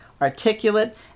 articulate